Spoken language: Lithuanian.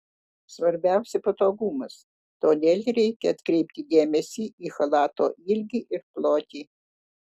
svarbiausia patogumas todėl reikia atkreipti dėmesį į chalato ilgį ir plotį